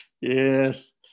Yes